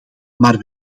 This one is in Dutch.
maar